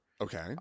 okay